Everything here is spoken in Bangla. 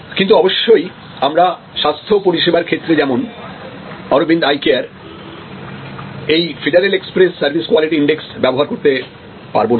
কিন্তু অবশ্যই আমরা স্বাস্থ্য পরিষেবার ক্ষেত্রে যেমন অরবিন্দ আই কেয়ার এই Federal Express service quality index ব্যবহার করতে পারব না